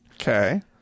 Okay